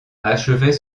achevait